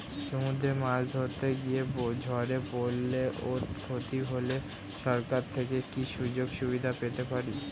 সমুদ্রে মাছ ধরতে গিয়ে ঝড়ে পরলে ও ক্ষতি হলে সরকার থেকে কি সুযোগ সুবিধা পেতে পারি?